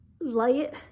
light